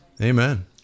Amen